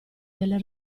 delle